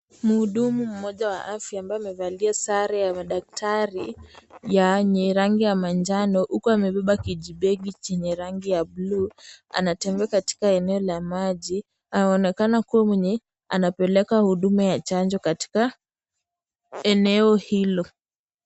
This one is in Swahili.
Mhudumu mmoja wa afya ambaye amevalia sare ya madaktari yenye rangi ya manjano huku amebeba kijibegi chenye rangi ya buluu anatembea katika eneo la maji anaonekana kuwa mwenye anapeleka huduma ya chanjo katika eneo hilo.